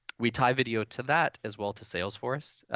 we tie video to that, as well to salesforce.